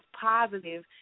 positive